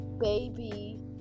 baby